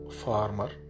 farmer